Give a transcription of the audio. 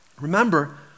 remember